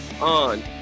On